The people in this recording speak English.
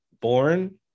born